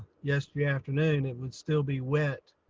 yesterday afternoon, it would still be wet.